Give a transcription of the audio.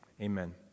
Amen